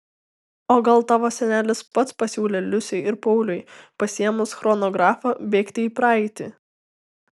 o gal tavo senelis pats pasiūlė liusei ir pauliui pasiėmus chronografą bėgti į praeitį